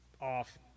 off